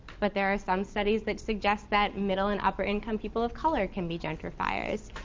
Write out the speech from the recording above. but there are some studies that suggest that middle and upper income people of color can be gentrifiers.